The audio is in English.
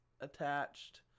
attached